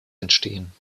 entstehen